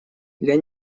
для